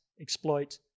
exploit